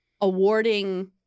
awarding